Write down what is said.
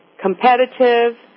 competitive